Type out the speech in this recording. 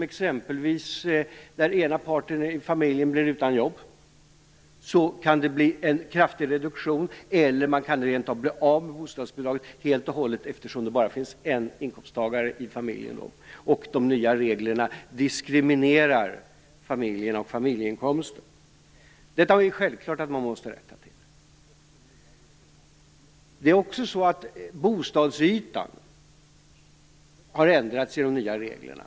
Exempelvis när den ena parten i en familj blir utan jobb kan det bli en kraftig reduktion eller så kan man rent av bli av med bostadsbidraget helt och hållet, eftersom det bara finns en inkomsttagare i familjen och de nya reglerna diskriminerar familjer genom familjeinkomsten. Detta måste självfallet rättas till. Det andra är att gränsen för bostadsytan har ändrats i de nya reglerna.